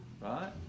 right